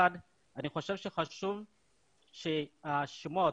אני חושב שחשוב שהשמות